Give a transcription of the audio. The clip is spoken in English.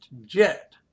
jet